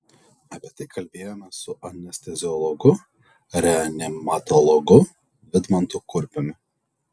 apie tai kalbėjomės su anesteziologu reanimatologu vidmantu kurpiumi